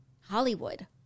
Hollywood